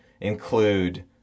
include